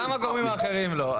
גם הגורמים האחרים לא,